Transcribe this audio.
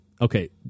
Okay